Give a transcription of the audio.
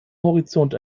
horizont